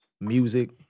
music